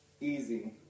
easy